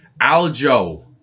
Aljo